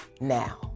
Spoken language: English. now